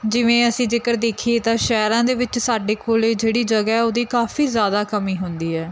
ਜਿਵੇਂ ਅਸੀਂ ਜੇਕਰ ਦੇਖੀਏ ਤਾਂ ਸ਼ਹਿਰਾਂ ਦੇ ਵਿੱਚ ਸਾਡੇ ਕੋਲ ਜਿਹੜੀ ਜਗ੍ਹਾ ਉਹਦੀ ਕਾਫੀ ਜ਼ਿਆਦਾ ਕਮੀ ਹੁੰਦੀ ਹੈ